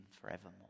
forevermore